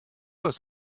hast